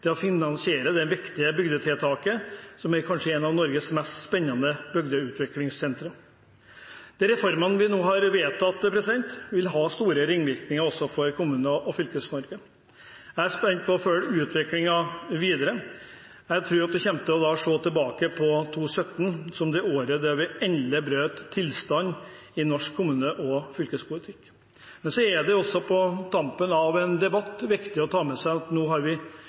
å finansiere dette viktige bygdetiltaket som kanskje er et av Norges mest spennende bygdeutviklingssentra. Reformene vi nå har vedtatt, vil ha store ringvirkninger også for Kommune- og Fylkes-Norge. Jeg er spent på å følge utviklingen videre. Jeg tror vi kommer til å se tilbake på 2017 som det året da vi endelig brøt tilstanden i norsk kommune- og fylkespolitikk. På tampen av en debatt er det også viktig å ta med seg at vi nå har gjort det vi